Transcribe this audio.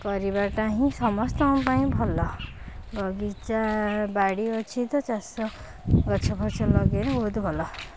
କରିବାଟା ହିଁ ସମସ୍ତଙ୍କ ପାଇଁ ଭଲ ବଗିଚା ବାଡ଼ି ଅଛି ତ ଚାଷ ଗଛ ଫଛ ଲଗାଇଲେ ବହୁତ ଭଲ